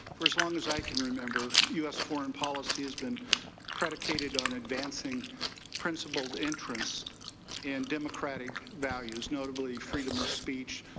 for as long as i can remember, u s. foreign policy has been predicated on advancing principled interest in democratic values. notably freedom of speech,